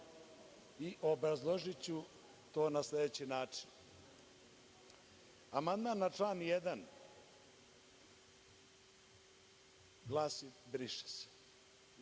Obrazložiću to na sledeći način. Amandman na član 1. glasi – briše se.